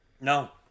No